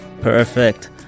Perfect